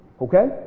Okay